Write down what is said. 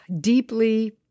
deeply